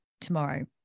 tomorrow